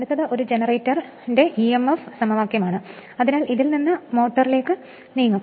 അടുത്തത് ഒരു ജനറേറ്ററിന്റെ ഇ എം എഫ് സമവാക്യമാണ് അതിനാൽ അതിൽ നിന്ന് മോട്ടോറിലേക്ക് നീങ്ങും